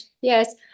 Yes